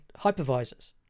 hypervisors